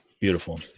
Beautiful